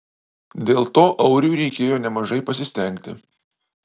dėl to auriui reikėjo nemažai pasistengti